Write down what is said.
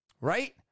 Right